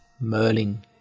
Merlin